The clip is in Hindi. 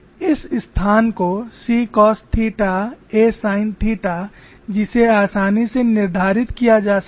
इस स्थान को c cos theta a sine theta जिसे आसानी से निर्धारित किया जा सकता है